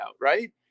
right